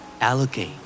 allocate